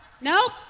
Nope